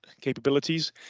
capabilities